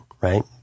right